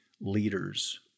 leaders